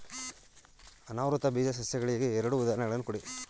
ಅನಾವೃತ ಬೀಜ ಸಸ್ಯಗಳಿಗೆ ಎರಡು ಉದಾಹರಣೆಗಳನ್ನು ಕೊಡಿ